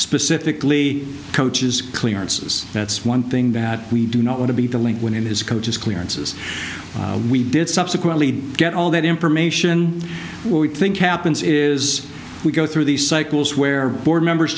specifically coaches clearances that's one thing that we do not want to be delinquent in his coach's clearances we did subsequently get all that information we think happens is we go through these cycles where board members